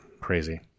Crazy